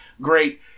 Great